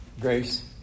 Grace